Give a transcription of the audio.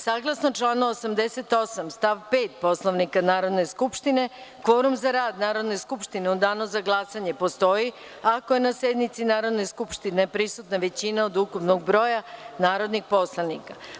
Saglasno članu 88. stav 5. Poslovnika Narodne skupštine kvorum za rad Narodne skupštine u Danu za glasanje postoji ako je na sednici Narodne skupštine prisutna većina od ukupnog broja narodnih poslanika.